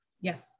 Yes